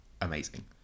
amazing